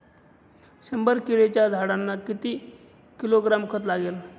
शंभर केळीच्या झाडांना किती किलोग्रॅम खत लागेल?